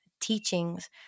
teachings